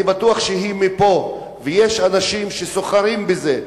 אני בטוח שהיא מפה, ויש אנשים שסוחרים בזה.